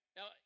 Now